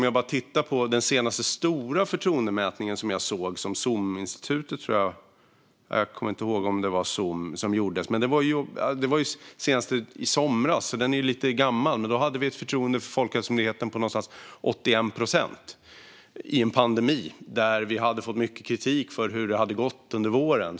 Jag minns inte om det var SOM-institutet som gjorde den senaste stora förtroendemätning som jag såg, men det var i alla fall i somras. Mätningen är alltså lite gammal, men då låg förtroendet för Folkhälsomyndigheten på någonstans runt 81 procent - och det i en pandemi där vi hade fått mycket kritik för hur det hade gått under våren.